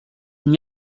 n’y